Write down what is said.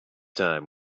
time